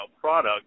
product